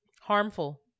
harmful